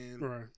Right